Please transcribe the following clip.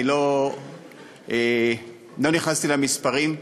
אני לא נכנסתי למספרים.